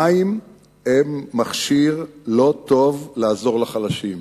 המים הם מכשיר לא טוב לעזור לחלשים,